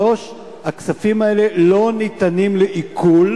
3. הכספים האלה לא ניתנים לעיקול,